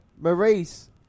Maurice